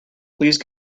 please